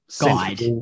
guide